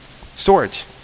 storage